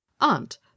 Aunt